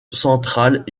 centrale